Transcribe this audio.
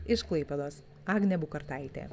iš klaipėdos agnė bukartaitė